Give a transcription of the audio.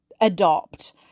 adopt